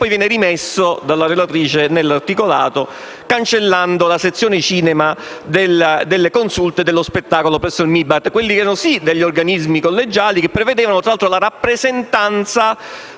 poi essere reinserito dalla relatrice nell'articolato, cancellando la sezione cinema delle Consulte dello spettacolo presso il MIBAC. Quelli erano veramente organismi collegiali che prevedevano, tra l'altro, la rappresentanza